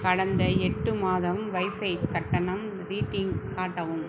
கடந்த எட்டு மாதம் வைஃபை கட்டணம் ரீட்டிங் காட்டவும்